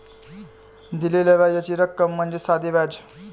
दिलेल्या व्याजाची रक्कम म्हणजे साधे व्याज